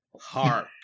Hark